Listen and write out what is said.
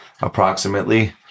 approximately